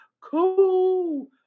cool